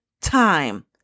time